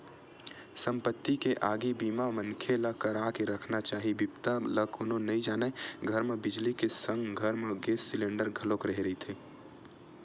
संपत्ति के आगी बीमा मनखे ल करा के रखना चाही बिपदा ल कोनो नइ जानय घर म बिजली के संग घर म गेस सिलेंडर घलोक रेहे रहिथे